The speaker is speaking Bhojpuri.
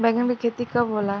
बैंगन के खेती कब होला?